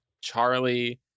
charlie